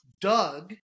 Doug